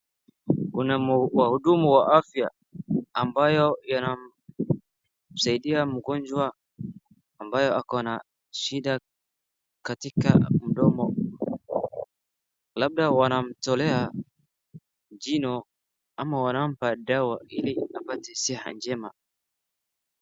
Kuna wahudumu wa afya ambayo yanamsaidia mgonjwa ambaye akona shida katika mdomo. Labda wanamtolea jino ama wanampa dawa ili apate siha njema.